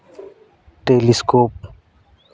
telescope